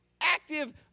active